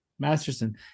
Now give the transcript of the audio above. Masterson